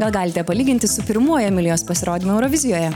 gal galite palyginti su pirmuoju emilijos pasirodymu eurovizijoje